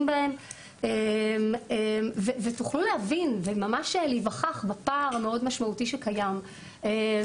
בהן ותוכלו להבין וממש להיווכח בפער המאוד משמעותי שקיים.